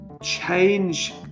change